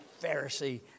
Pharisee